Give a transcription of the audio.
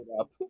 up